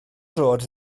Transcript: droed